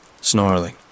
snarling